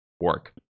work